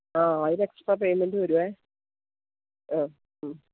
ആ അതിനെക്സട്രാ പേയ്മെന്റ് വരുവേ ആ മ്മ്